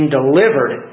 delivered